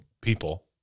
people